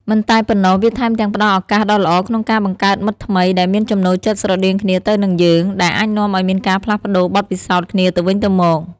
មិនតែប៉ុណ្ណោះ វាថែមទាំងផ្ដល់ឱកាសដ៏ល្អក្នុងការបង្កើតមិត្តថ្មីដែលមានចំណូលចិត្តស្រដៀងគ្នាទៅនឹងយើង ដែលអាចនាំឱ្យមានការផ្លាស់ប្ដូរបទពិសោធន៍គ្នាទៅវិញទៅមក។